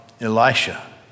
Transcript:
Elisha